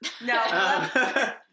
No